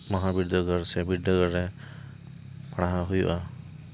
ᱢᱚᱦᱟ ᱵᱤᱨᱫᱟᱹᱜᱟᱲ ᱥᱮ ᱵᱤᱨᱫᱟᱹᱜᱟᱲ ᱨᱮ ᱯᱟᱲᱦᱟᱣ ᱦᱩᱭᱩᱜᱼᱟ